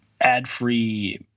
ad-free